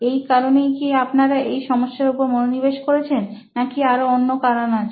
এই কারণেই কি আপনারা এই সমস্যার উপর মনোনিবেশ করেছেন নাকি আরো অন্য কারণ আছে